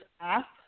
app